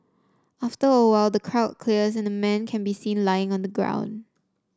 after a while the crowd clears and a man can be seen lying on the ground